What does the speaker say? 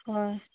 ꯍꯣꯏ